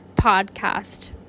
podcast